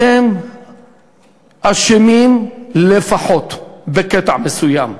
אתם אשמים לפחות בקטע מסוים.